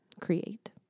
create